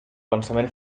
pensament